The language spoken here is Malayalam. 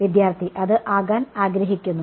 വിദ്യാർത്ഥി അത് ആകാൻ ആഗ്രഹിക്കുന്നു